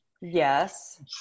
yes